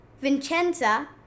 Vincenza